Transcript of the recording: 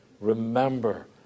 remember